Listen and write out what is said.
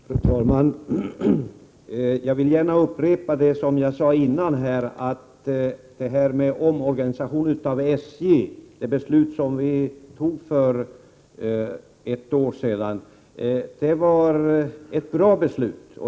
Fru talman! Jag vill gärna upprepa vad jag sade tidigare, att det beslut om omorganisation av SJ som vi fattade för ett år sedan var ett bra beslut.